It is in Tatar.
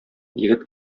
егет